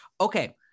okay